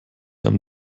einem